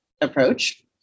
approach